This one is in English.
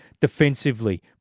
Defensively